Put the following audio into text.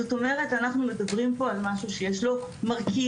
זאת אומרת אנחנו מדברים פה על משהו שיש לו מרכיב